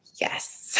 Yes